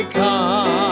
come